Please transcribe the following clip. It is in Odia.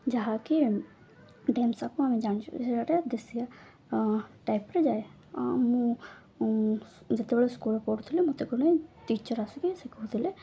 ଯାହାକି ଡେମ୍ସକୁ ଆମେ ଜାଣିଚୁ ସେଟା ଦେଶଆ ଟାଇପ୍ରେ ଯାଏ ମୁଁ ଯେତେବେଳେ ସ୍କୁଲରେ ପଢ଼ୁଥିଲି ମତେ ଗଣ ଟିଚର୍ ଆସିକି ଶିଖୁଥିଲେ